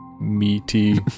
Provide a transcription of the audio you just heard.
meaty